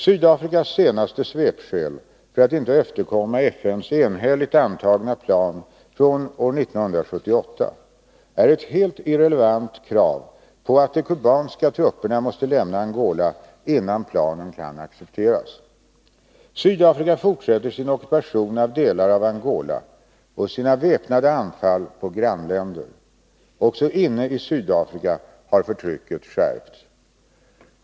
Sydafrikas senaste svepskäl för att inte efterkomma FN:s enhälligt antagna plan från år 1978 är ett helt irrelevant krav på att de kubanska trupperna måste lämna Angola innan planen kan accepteras. Sydafrika fortsätter sin ockupation av delar av Angola och sina väpnade anfall på grannländer. Också inne i Sydafrika har förtrycket skärpts.